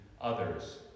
others